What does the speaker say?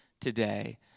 today